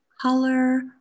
color